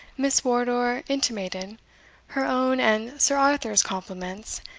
miss wardour intimated her own and sir arthur's compliments,